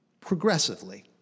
progressively